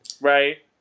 right